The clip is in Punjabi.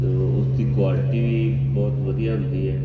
ਅਤੇ ਉਸ ਦੀ ਕੁਆਲਟੀ ਬਹੁਤ ਵਧੀਆ ਹੁੰਦੀ ਹੈ